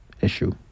issue